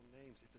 names